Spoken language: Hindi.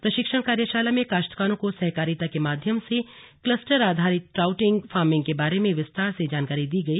प्रशिक्षण कार्यशाला में काश्तकारों को सहकारिता के माध्यम से कलस्टर आधारित ट्राउट फार्मिंग के बारे में विस्तार से जानकारी दी गई